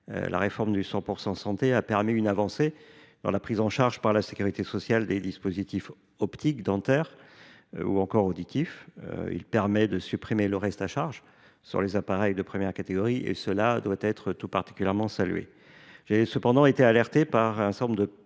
La réforme du 100 % santé a permis une avancée dans la prise en charge par la sécurité sociale des dispositifs optiques, dentaires ou encore auditifs. En effet, elle permet de supprimer le reste à charge sur les appareils de première catégorie, et cela doit être salué. Cependant, j’ai été alerté par un certain nombre de